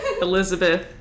Elizabeth